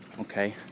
okay